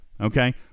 Okay